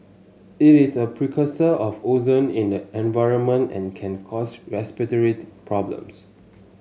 it is a precursor of ozone in the environment and can cause respiratory problems